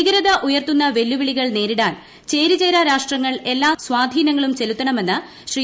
ഭീകരത ഉയർത്തുന്ന വെല്ലുവിളികൾ നേരിടാൻ ചേരിചേരാ രാഷ്ട്രങ്ങൾ എല്ലാ സ്വാധീനങ്ങളും ചെലുത്തണമെന്ന് ശ്രീ